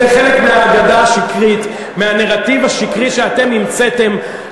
זה חלק מהאגדה השקרית, מהנרטיב השקרי שאתם המצאתם.